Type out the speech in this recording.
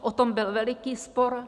O tom byl veliký spor.